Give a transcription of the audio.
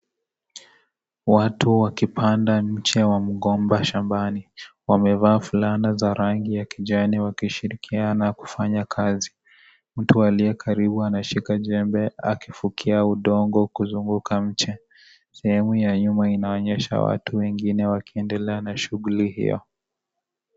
Watu wakipanda mche wa mgomba shambani. Wamevaa fulana za rangi ya kijani wakishirikiana kufanya kazi. Mtu aliye karibu anashika jembe akifukia udongo kuzunguka mche. Sehemu ya nyuma inaonyesha watu wengine wakiendelea na shughuli hiyo.